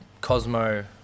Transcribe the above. Cosmo